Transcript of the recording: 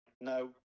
No